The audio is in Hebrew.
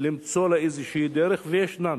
למצוא לה איזושהי דרך, וישנן